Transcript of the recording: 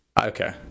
Okay